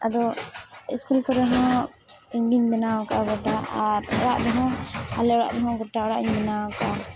ᱟᱫᱚ ᱥᱠᱩᱞ ᱠᱚᱨᱮᱦᱚᱸ ᱤᱧᱜᱮᱧ ᱵᱮᱱᱟᱣ ᱟᱠᱟᱫᱟ ᱜᱚᱴᱟ ᱟᱨ ᱚᱲᱟᱜᱨᱮᱦᱚᱸ ᱟᱞᱮ ᱚᱲᱟᱜ ᱨᱮᱦᱚᱸ ᱜᱚᱴᱟ ᱚᱲᱟᱜᱼᱤᱧ ᱵᱮᱱᱟᱣ ᱟᱠᱟᱫᱼᱟ